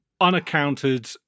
unaccounted